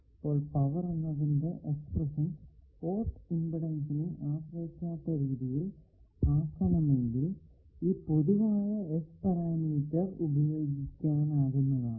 അപ്പോൾ പവർ എന്നതിന്റെ expression port ഇമ്പിഡെൻസിനെ ആശ്രയിക്കാത്ത രീതിയിൽ ആക്കണമെങ്കിൽ ഈ പൊതുവായ S പാരാമീറ്റർ ഉപയോഗിക്കാനാകുന്നതാണ്